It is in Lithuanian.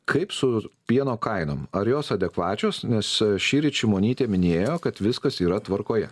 kaip su pieno kainom ar jos adekvačios nes šįryt šimonytė minėjo kad viskas yra tvarkoje